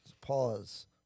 pause